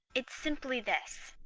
its simply this.